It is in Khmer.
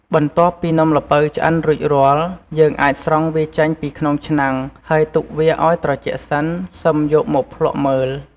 បន្ទាប់ពីនំល្ពៅឆ្អិនរួចរាល់ យើងអាចស្រង់វាចេញពីក្នុងឆ្នាំង ហើយទុកវាឲ្យត្រជាក់សិន សិមយកមកភ្លក្សមើល។